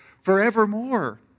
forevermore